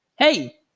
Hey